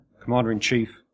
Commander-in-Chief